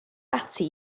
ati